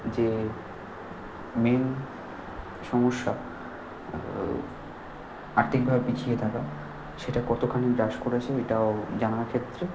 যে মেন সমস্যা আর্থিকভাবে পিছিয়ে থাকা সেটা কতোখানি গ্রাস করেছে এটাও জানার ক্ষেত্রে